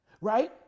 Right